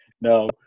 No